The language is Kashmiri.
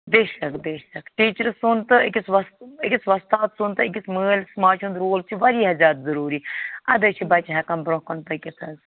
بے شک بے شک ٹیٖچرٕ سُنٛد تہٕ أکِس وست أکِس وۄستاد سُنٛد تہٕ أکِس مٲلِس ماجہِ ہُنٛد رول چھُ واریاہ زیادٕ ضُروٗری اَدٕے چھِ بَچہِ ہٮ۪کان برٛونٛہہ کُن پٔکِتھ حظ